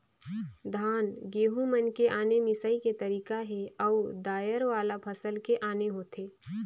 धान, गहूँ मन के आने मिंसई के तरीका हे अउ दायर वाला फसल के आने होथे